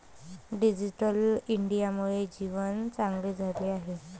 digital इंडियामुळे जीवन चांगले झाले आहे